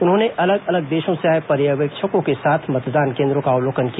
उन्होंने अलग अलग देशों से आए पर्यवेक्षकों के साथ मतदान केन्द्रों का अवलोकन किया